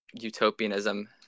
utopianism